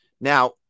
Now